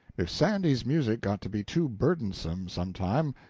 if sandy's music got to be too burdensome, some time,